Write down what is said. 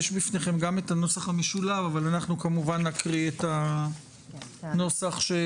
יש בפניכם גם את הנוסח המשולב אבל אנחנו כמובן נקריא את הנוסח של